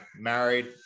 married